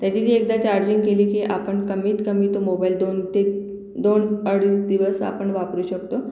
त्याची जी एकदा चार्जिंग केली की आपण कमीत कमी तो मोबाईल दोन ते दोन अडीच दिवस आपण वापरू शकतो